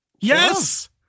Yes